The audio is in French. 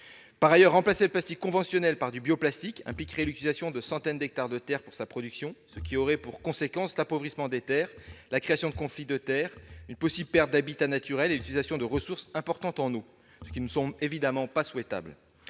Par ailleurs, remplacer le plastique conventionnel par du bioplastique impliquerait l'utilisation de centaines d'hectares de terres pour sa production, ce qui aurait pour conséquences l'appauvrissement des terres, la création de conflits de terre, une possible perte d'habitats naturels et l'utilisation de ressources importantes en eau, ce qui ne nous semble évidemment pas souhaitable.